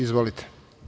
Izvolite.